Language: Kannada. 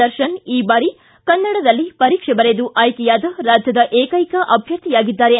ದರ್ಶನ್ ಈ ಬಾರಿ ಕನ್ನಡದಲ್ಲೇ ಪರೀಕ್ಷೆ ಬರೆದು ಆಯ್ಕೆಯಾದ ರಾಜ್ಯದ ಏಕೈಕ ಅಭ್ಯರ್ಥಿಯಾಗಿದ್ದಾರೆ